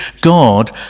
god